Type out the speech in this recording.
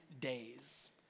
days